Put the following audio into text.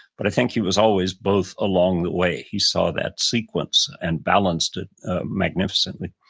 but i think he was always both along the way. he saw that sequence and balanced it magnificently.